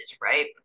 right